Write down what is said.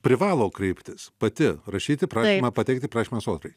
privalo kreiptis pati rašyti prašymą pateikti prašymą sodrai